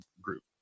group